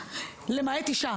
למעט אישה".